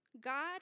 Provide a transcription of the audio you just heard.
God